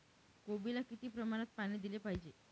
कोबीला किती प्रमाणात पाणी दिले पाहिजे?